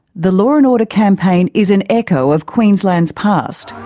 the law and order campaign is an echo of queensland's past.